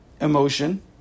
emotion